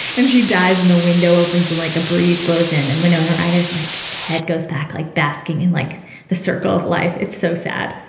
and she dies and the window opens and like a breeze blows in. and wenonah and writers like head goes back, like basking in like the circle of life. it's so sad.